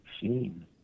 seen